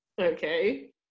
Okay